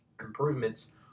improvements